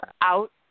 out